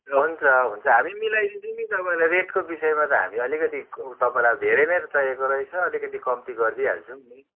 हुन्छ हुन्छ हामी मिलाई दिन्छौँ नि तपाईँलाई रेटको विषयमा त हामी अलिकति उयो तपाईँलाई धेरै नै चाहिएको रहेछ अलिकति कम्ती गरिदिइहाल्छौँ नि